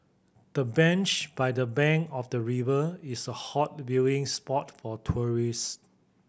the bench by the bank of the river is a hot viewing spot for tourist